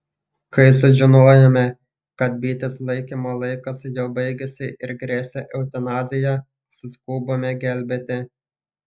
kai sužinojome kad bitės laikymo laikas jau baigėsi ir gresia eutanazija suskubome gelbėti